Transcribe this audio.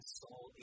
soul